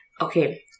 Okay